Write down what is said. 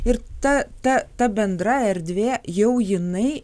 ir ta ta ta bendra erdvė jau jinai